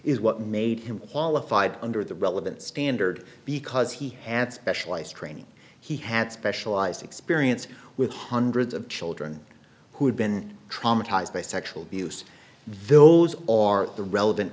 is what made him qualified under the relevant standard because he had specialized training he had specialized experience with hundreds of children who had been traumatized by sexual abuse those are the relevant